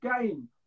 game